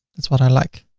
that's what i like.